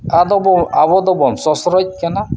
ᱟᱫᱚ ᱵᱚ ᱟᱵᱚ ᱫᱚᱵᱚᱱ ᱥᱚᱥᱚᱨᱚᱡ ᱠᱟᱱᱟ